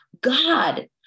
God